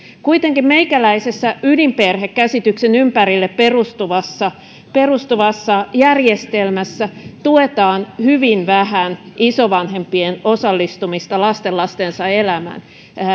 kuitenkin meikäläisessä ydinperhekäsityksen ympärille perustuvassa perustuvassa järjestelmässä tuetaan hyvin vähän isovanhempien osallistumista lastenlastensa elämään